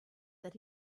that